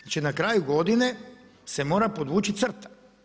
Znači na kraju godine, se mora povući crta.